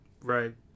Right